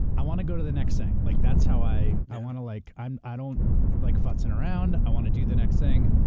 i want to go to the next thing. like that's how i. i want to like, i don't like futzing around, i want to do the next thing,